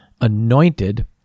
anointed